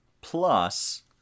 plus